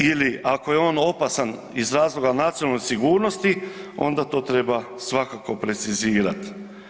Ili ako je on opasan iz razloga nacionalne sigurnosti onda to treba svakako precizirati.